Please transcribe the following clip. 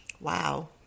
Wow